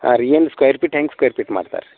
ಅವ್ರು ಏನು square feet ಹೆಂಗೆ ಸ್ಕ್ವಾರ್ ಪೀಟ್ ಮಾಡ್ತಾರೆ ರೀ